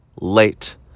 late